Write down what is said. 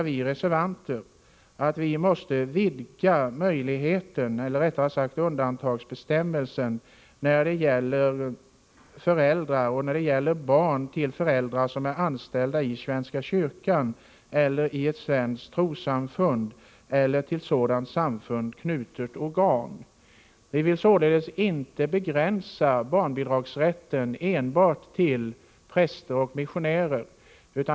Vi reservanter menar också att undantagsbestämmelsen måste vidgas när det gäller barn till föräldrar som är anställda av svenska kyrkan, ett svenskt trossamfund eller ett till ett sådant samfund knutet organ. Vi vill således inte begränsa barnbidragsrätten till enbart präster och missionärer.